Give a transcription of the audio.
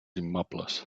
immobles